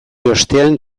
ostean